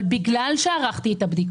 אבל בגלל שערכתי את הבדיקות,